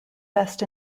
west